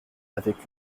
avec